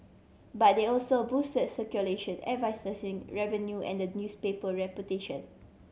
but they also boosted circulation revenue and the newspaper reputation